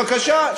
בבקשה,